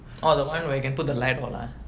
oh the one where you can put the light lah